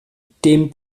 dem